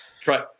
try